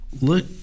look